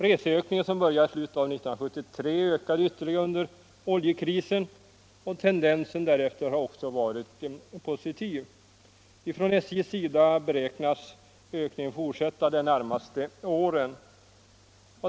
Reseökningen, som började i slutet av 1973, fortsatte under oljekrisen, och tendensen därefter har också varit positiv. Enligt SJ:s beräkningar kommer ökningen att fortsätta de närmaste åren.